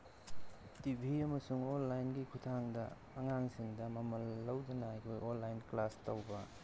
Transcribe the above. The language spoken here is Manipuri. ꯇꯤ ꯚꯤ ꯑꯃꯁꯨꯡ ꯑꯣꯟꯂꯥꯏꯟꯒꯤ ꯈꯨꯠꯊꯥꯡꯗ ꯑꯉꯥꯡꯁꯤꯡꯗ ꯃꯃꯜ ꯂꯧꯗꯨꯅ ꯑꯩꯈꯣꯏ ꯑꯣꯟꯂꯥꯏꯟ ꯀ꯭ꯂꯥꯁ ꯇꯧꯕ